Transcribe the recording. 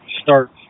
Start